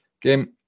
game